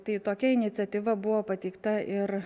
tai tokia iniciatyva buvo pateikta ir